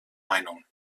meinung